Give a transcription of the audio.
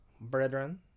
brethren